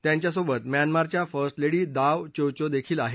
त्यांच्यासोबत म्यानमारच्या first lady Daw Cho Cho देखील आहेत